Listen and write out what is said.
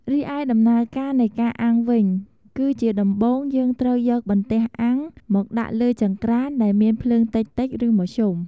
រីឯ ដំណើរការនៃការអាំងវិញ គឺជាដំបូងយើងត្រូវយកបន្ទះអាំងមកដាក់លើចង្រ្កានដែលមានភ្លើងតិចៗឬមធ្យម។